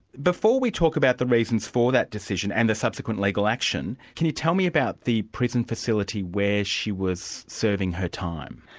before we talk about the reasons for that decision and the subsequent legal action, can you tell me about the prison facility where she was serving her time?